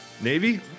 Navy